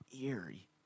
eerie